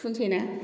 थुनोसै ना